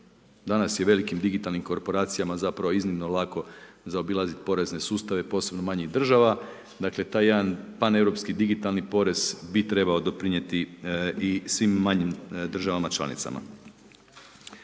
Danas je velikim digitalnim koorporacijama zapravo iznimno lako zaobilazit porezne sustave posebno manjih država, dakle taj jedan paneuropski digitalni porez bi trebao doprinijeti i svim manjim državama članicama.